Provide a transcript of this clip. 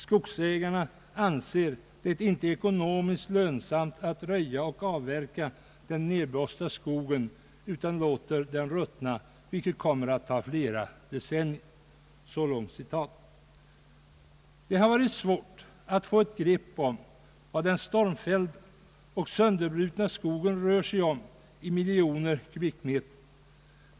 Skogsägarna anser det inte eko nomiskt lönsamt att röja och avverka den nedblåsta skogen utan låter den ruttna, vilket kommer att ta flera decennier.” Det har varit svårt att få ett grepp om vad den stormfällda och sönderbrutna skogen rör sig om i miljoner kubikmeter.